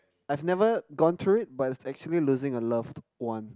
I've never gone through it but it's actually losing a loved one